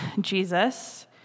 Jesus